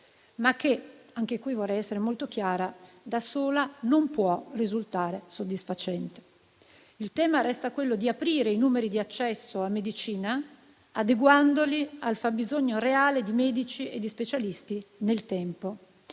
Anche qui, però, vorrei essere molto chiara e dire che, da sola, essa non può risultare soddisfacente. Il tema resta aprire i numeri di accesso a medicina, adeguandoli al fabbisogno reale di medici e di specialisti nel tempo;